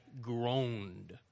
groaned